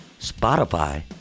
spotify